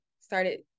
started